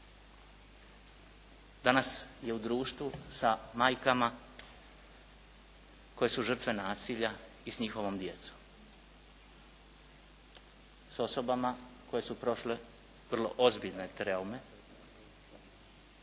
Danas je u društvu sa majkama koje su žrtve nasilja i s njihovom djecom, s osobama koje su prošle vrlo ozbiljne traume